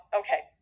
okay